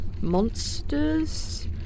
monsters